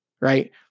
Right